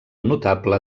notable